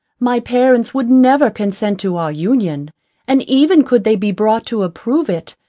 my parents would never consent to our union and even could they be brought to approve it,